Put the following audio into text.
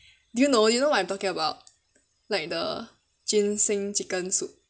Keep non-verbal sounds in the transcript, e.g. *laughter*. *breath* do you know you know what I'm talking about like the ginseng chicken soup